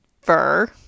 fur